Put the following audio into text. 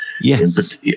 Yes